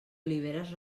oliveres